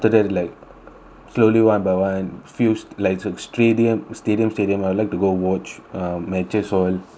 slowly one by one fields like a stadium stadium stadium I would like to go watch uh matches on my families ah